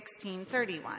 16.31